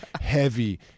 heavy